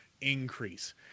increase